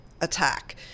attack